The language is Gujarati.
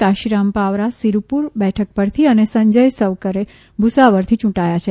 કાશીરામ પાવરા સીરપુર બેઠક પરથી અને સંજય સવકરે ભુસાવરથી યૂંટાયા છે